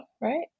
right